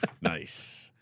Nice